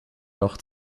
noch